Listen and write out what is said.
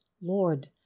Lord